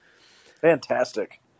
Fantastic